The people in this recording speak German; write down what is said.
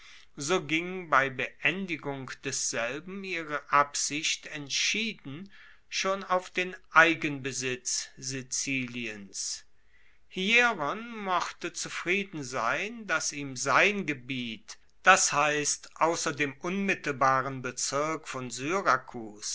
so ging bei beendigung desselben ihre absicht entschieden schon auf den eigenbesitz siziliens hieron mochte zufrieden sein dass ihm sein gebiet das heisst ausser dem unmittelbaren bezirk von syrakus